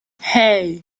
hey